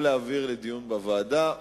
או להעביר לדיון בוועדה,